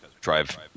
drive